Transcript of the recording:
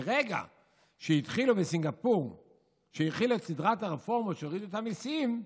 מרגע שהחילו" בסינגפור "סדרת רפורמות שהורידו את המיסים,